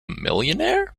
millionaire